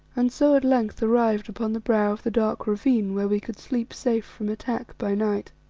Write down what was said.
and so at length arrived upon the brow of the dark ravine where we could sleep safe from attack by night.